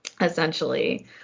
essentially